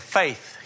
faith